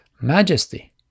majesty